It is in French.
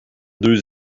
deux